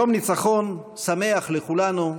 יום ניצחון שמח לכולנו.